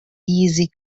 easy